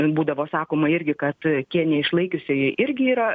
būdavo sakoma irgi kad tie neišlaikiusieji irgi yra